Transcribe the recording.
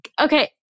Okay